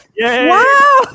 wow